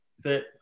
fit